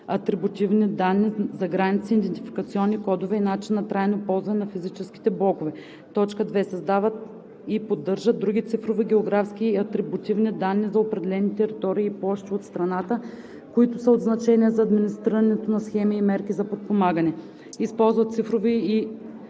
атрибутивни данни за граници, идентификационни кодове и начин на трайно ползване на физическите блокове; 2. създават и поддържат други цифрови географски и атрибутивни данни за определени територии и площи от страната, които са от значение за администрирането на схеми и мерки за подпомагане; 3. използват цифрови и